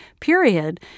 period